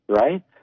Right